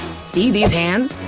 see these hands?